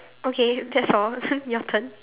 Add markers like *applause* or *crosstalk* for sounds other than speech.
okay that's all *laughs* your turn